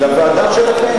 לאיזו ועדה?